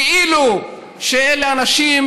כאילו שאלה אנשים